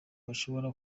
ashobora